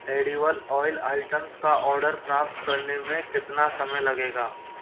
edible oil items का order प्राप्त करने में कितना समय लगेगा